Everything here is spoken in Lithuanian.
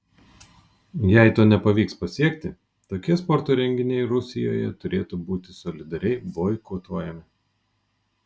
jei to nepavyks pasiekti tokie sporto renginiai rusijoje turėtų būti solidariai boikotuojami